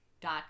dot